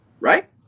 right